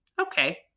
Okay